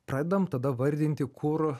pradedam tada vardinti kur